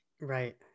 Right